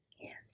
Yes